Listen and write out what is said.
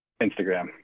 instagram